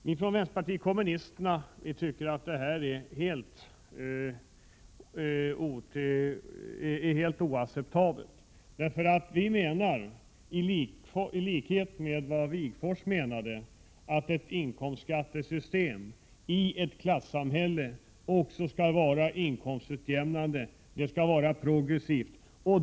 Vi ifrån vänsterpartiet kommunisterna tycker att detta är helt oacceptabelt. Vi menar, i likhet med Wigforss, att ett inkomstskattesystem i ett klassamhälle också skall vara inkomstutjämnande. Det skall vara progressivt.